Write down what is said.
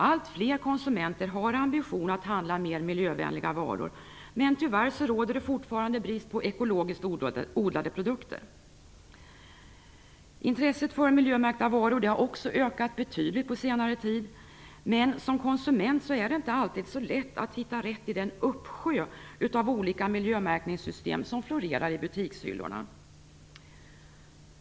Allt fler konsumenter har ambitionen att handla mer miljövänliga varor, men tyvärr råder det fortfarande brist på ekologiskt odlade produkter. Intresset för miljömärkta varor har också ökat betydligt på senare tid. Men som konsument är det inte alltid så lätt att hitta rätt i den uppsjö av olika miljömärkningssystem som florerar i butikshyllorna.